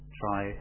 try